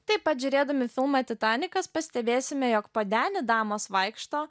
taip pat žiūrėdami filmą titanikas pastebėsime jog po denį damos vaikšto